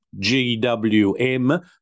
GWM